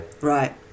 Right